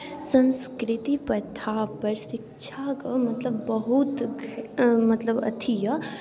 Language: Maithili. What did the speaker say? संस्कृति प्रथापर शिक्षाके मतलब बहुत मतलब अथी अइ